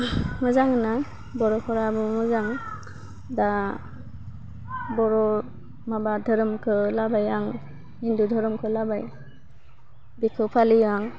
मोजां मोनो बर'फोराबो मोजां दा बर' माबा दोहोरोमखौ लाबाय आं हिन्दु दोहोरोमखौ लाबाय बेखौ फालियो आं